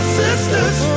sisters